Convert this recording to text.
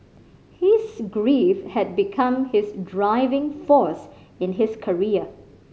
his grief had become his driving force in his career